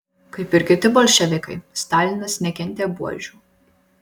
kaip ir kiti bolševikai stalinas nekentė buožių